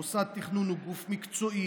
מוסד תכנון הוא גוף מקצועי,